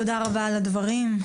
תודה רבה על הדברים.